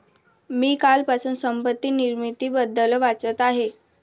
मी कालपासून संपत्ती निर्मितीबद्दल वाचत आहे